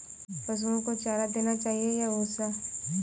पशुओं को चारा देना चाहिए या भूसा?